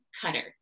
Cutter